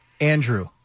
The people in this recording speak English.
Andrew